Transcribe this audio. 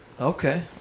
Okay